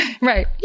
Right